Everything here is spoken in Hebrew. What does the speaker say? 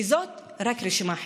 וזאת רק רשימה חלקית.